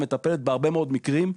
בהרבה מאוד מקרים,